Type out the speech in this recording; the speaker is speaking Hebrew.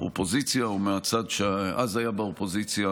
מהאופוזיציה או מהצד שאז היה באופוזיציה,